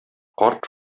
карт